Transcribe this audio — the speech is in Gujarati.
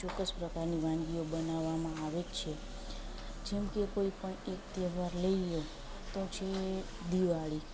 ચોક્કસ પ્રકારની વાનગીઓ બનાવામાં આવે જ છે જેમકે કોઈ પણ એક તહેવાર લઈ લ્યો તો છે દિવાળી